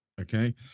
okay